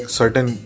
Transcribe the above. certain